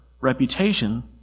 reputation